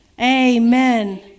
amen